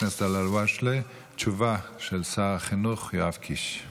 דיברתי בערבית על זה שצריך להיות שיתוף פעולה בינינו לבין הממשלה על מנת